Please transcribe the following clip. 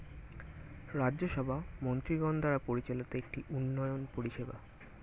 রাজ্য সভা মন্ত্রীগণ দ্বারা পরিচালিত একটি উন্নয়ন পরিষেবা